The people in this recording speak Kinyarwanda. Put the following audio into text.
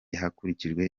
hakurikijwe